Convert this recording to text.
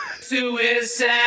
Suicide